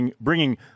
bringing